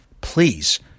please